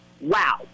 Wow